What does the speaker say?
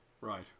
Right